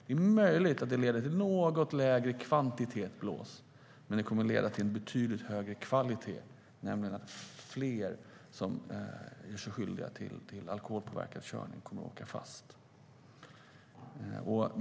Det är möjligt att det leder till en något lägre kvantitet av blås, men det kommer att leda till betydligt högre kvalitet på så sätt att fler som gör sig skyldiga till alkoholpåverkad körning kommer att åka fast.